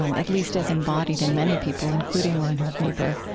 um at least as embodied in many people, including reinhold niebuhr,